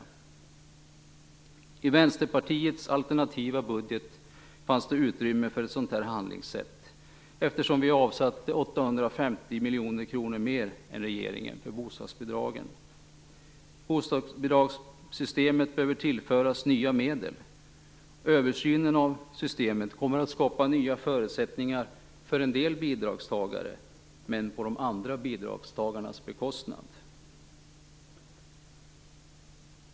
I Vänsterpartiets alternativa budget fanns det utrymme för ett sådant handlingssätt, eftersom vi avsatt 850 miljoner kronor mer än regeringen för bostadsbidragen. Bostadsbidragssystemet behöver tillföras nya medel. Översynen av systemet kommer att skapa nya förutsättningar för en del bidragstagare, men på de andra bidragstagarnas bekostnad.